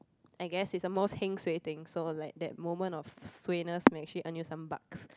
I guess it's the most heng suay thing so like that moment of suayness may actually earn you some bucks